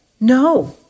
No